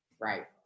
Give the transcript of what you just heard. Right